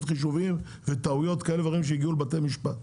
חישובים וטעויות כאלה ואחרות שהגיעו לבתי משפט.